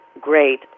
great